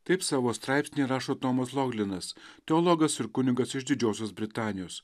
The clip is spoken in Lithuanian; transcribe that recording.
taip savo straipsnyje rašo tomas loglinas teologas ir kunigas iš didžiosios britanijos